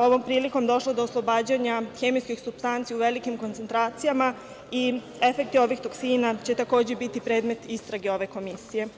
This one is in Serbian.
ovom prilikom došlo do oslobađanja hemijskih supstanci u velikim koncentracijama i efekti ovih toksina će takođe biti predmet istrage ove komisije.